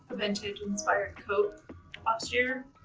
vintage-inspired coat last year